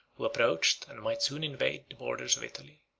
who approached, and might soon invade, the borders of italy.